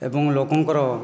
ଏବଂ ଲୋକଙ୍କର